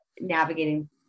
navigating